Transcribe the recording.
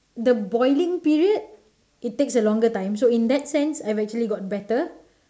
the boiling period it takes a longer time so in that sense I've actually got better